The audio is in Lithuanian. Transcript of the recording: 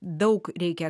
daug reikia